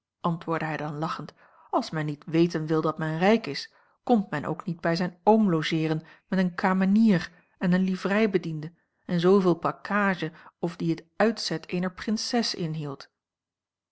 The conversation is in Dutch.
hij dan lachend als men niet weten wil dat men rijk is komt men ook niet bij zijn oom logeeren met een kamenier en een livreibediende en zooveel pakkage of die het uitzet eener prinses inhield